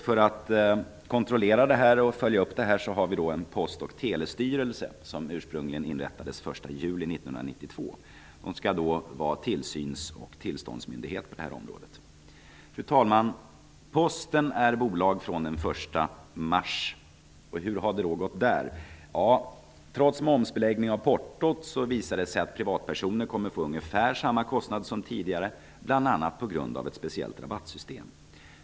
För att kontrollera och följa upp detta har vi en post och telestyrelse som ursprungligen inrättades den 1 juli 1992. Den skall vara tillsyns och tillståndsmyndighet på området. Fru talman! Posten är bolag från den 1 mars. Hur har det gått? Trots momsbeläggning av portot visar det sig att privatpersoner kommer att få ungefär samma kostnad som tidigare, bl.a. på grund av ett speciellt rabattsystem.